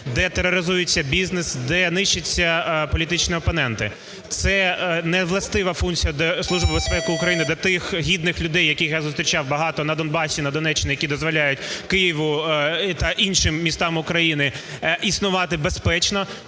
де тероризується бізнес, де нищаться політичні опоненти. Це невластива функція Служби безпеки України для тих гідних людей, яких я зустрічав багато на Донбасі, на Донеччині, які дозволяють Києву та іншим містам України існувати безпечно.